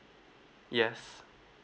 yes